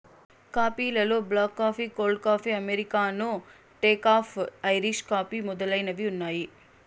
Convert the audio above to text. coffee లలో black coffee, cold coffee, americano, decaf, Irish coffee మొదలైనవి ఉన్నాయి